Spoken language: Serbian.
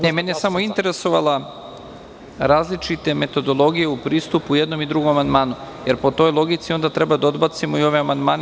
Samo me je interesovala različita metodologija pristupa u jednom i drugom amandmanu, jer po toj logici onda treba da odbacimo i ove amandmane…